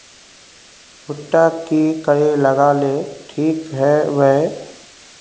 भुट्टा की करे लगा ले ठिक है बय?